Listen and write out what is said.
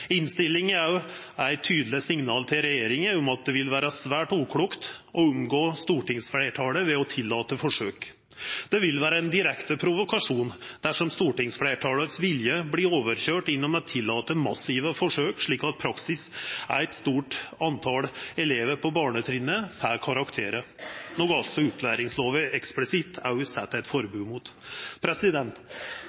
er også et tydelig signal til regjeringen om at det vil være svært uklokt å omgå stortingsflertallet ved å tillate forsøk. Det vil være en direkte provokasjon dersom stortingsflertallets vilje blir overkjørt gjennom å tillate massive forsøk slik at et stort antall elever på barnetrinnet i praksis får karakterer, noe opplæringsloven eksplisitt også setter et